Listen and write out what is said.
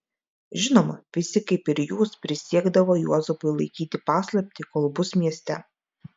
žinoma visi kaip ir jūs prisiekdavo juozapui laikyti paslaptį kol bus mieste